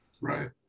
right